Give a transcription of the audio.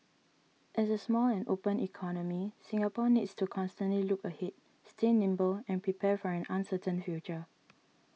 as a small and open economy Singapore needs to constantly look ahead stay nimble and prepare for an uncertain future